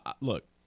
Look